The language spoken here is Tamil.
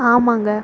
ஆமாங்க